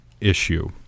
issue